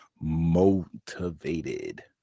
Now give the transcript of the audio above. motivated